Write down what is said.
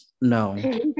No